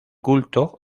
culto